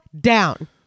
down